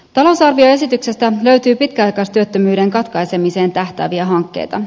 talousarvioesityksestä löytyy pitkäaikaistyöttömyyden katkaisemiseen tähtääviä hankkeita